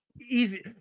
easy